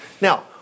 Now